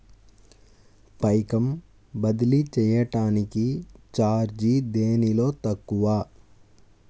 పైకం బదిలీ చెయ్యటానికి చార్జీ దేనిలో తక్కువ?